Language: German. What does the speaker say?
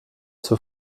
zur